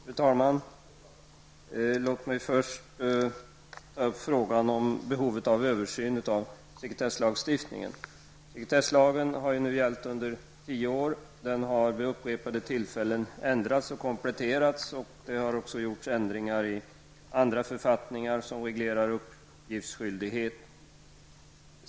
Fru talman! Låt mig först ta upp frågan om behovet av en översyn av sekretesslagstiftningen. Sekretesslagen har nu gällt under tio år. Den har vid upprepade tillfällen ändrats och kompletterats. Det har också företagits ändringar i andra författningar som reglerar uppgiftsskyldighet.